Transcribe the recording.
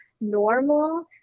normal